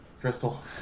Crystal